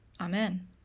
Amen